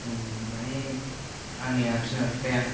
माने आंनिया बिमा बिफाया